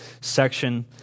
section